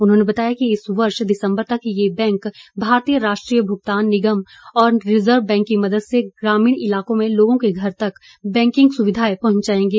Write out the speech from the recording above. उन्होंने बताया कि इस वर्ष दिसंबर तक ये बैंक भारतीय राष्ट्रीय भुगतान निगम और रिजर्व बैंक की मदद से ग्रामीण इलाकों में लोगों के घर तक बैंकिंग सुविघाए पहुचाएंगे